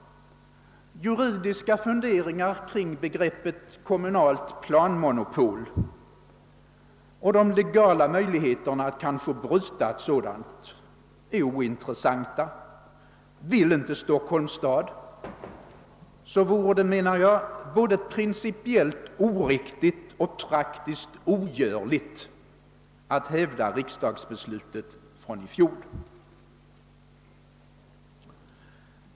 Juridiska funderingar kring begreppet kommunalt planmonopol och de legala möjligheterna att bryta ett sådant är ointressanta. När nu Stockholms stad inte vill, vore det — menar jag — både principiellt oriktigt och praktiskt ogörligt att hävda riksdagsbeslutet från i fjol.